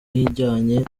ijyanye